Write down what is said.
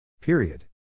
Period